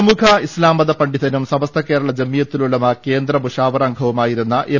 പ്രമുഖ ഇസ്ലാം മത പണ്ഡിതനൂം സമസ്ത കേരള ജംഇയ്യത്തൂൽ ഉലമ കേന്ദ്ര മുശാവറ അംഗവുമായിരുന്ന എം